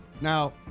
now